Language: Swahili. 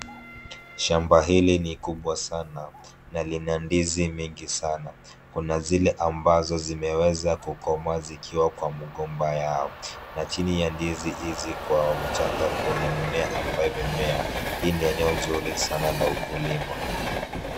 Shamba hili ni kubwa sana na lina ndizi mingi sana. Kuna zile ambazo zimeweza kukomaa zikiwa kwa mgomba yao na chinio ya ndizi hizi kwa mchanga kuna mimea ambayo imemea. Hii ni eneo nzuri sana la ukulima.